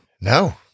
No